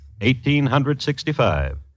1865